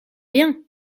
bien